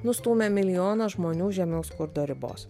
nustūmė milijoną žmonių žemiau skurdo ribos